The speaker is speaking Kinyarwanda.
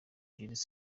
jules